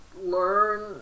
learn